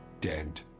dead